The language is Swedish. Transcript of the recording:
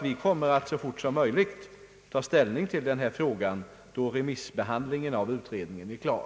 Vi kommer att så fort som möjligt ta ställning till denna fråga när remissbehandlingen av utredningen är klar.